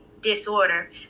disorder